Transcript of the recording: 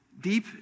deep